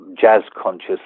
jazz-conscious